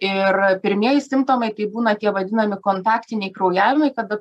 ir pirmieji simptomai tai būna tie vadinami kontaktiniai kraujavimai kada